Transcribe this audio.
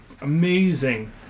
amazing